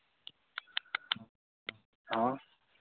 हाँ